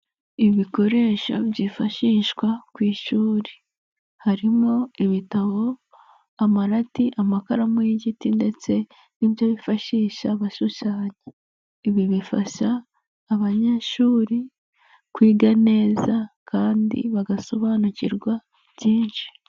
Ibikoresho byifashishwa ku ishuri, harimo ibitabo amarati, amakaramu y'igiti ndetse n'ibyo bifashisha abashushanya. Ibi bifasha abanyeshuri kwiga neza kandi bagasobanukirwa byinshi.